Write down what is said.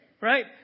Right